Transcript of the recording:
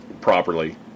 properly